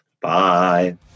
Bye